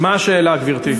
טוב, מה השאלה, גברתי?